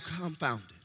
confounded